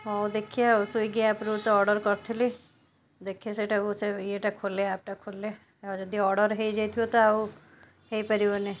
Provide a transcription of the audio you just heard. ହଉ ଦେଖିବା ଆଉ ସ୍ଵିଗି ଆପ୍ରୁ ତ ଅର୍ଡ଼ର କରିଥିଲି ଦେଖେ ସେଇଟାକୁ ସେ ଇଏଟା ଖୋଲେ ଆପ୍ଟା ଖୋଲେ ଆଉ ଯଦି ଅର୍ଡ଼ର ହେଇଯାଇଥିବ ତ ଆଉ ହେଇପାରିବନି